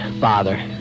father